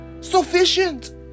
sufficient